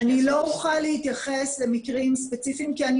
אני לא אוכל להתייחס למקרים ספציפיים כי אני